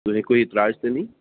तुसें गी कोई ऐतराज ते नी